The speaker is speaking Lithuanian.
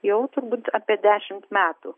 jau turbūt apie dešimt metų